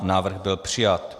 Návrh byl přijat.